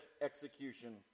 execution